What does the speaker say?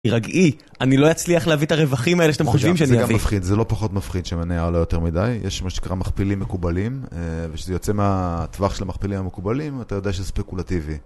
תירגעי, אני לא אצליח להביא את הרווחים האלה שאתם חושבים שאני אביא. זה גם מפחיד, זה לא פחות מפחיד שמניה עולה יותר מדי. יש מה שנקרא מכפילים מקובלים, וכשזה יוצא מהטווח של המכפילים המקובלים אתה יודע שזה ספקולטיבי.